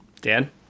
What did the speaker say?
Dan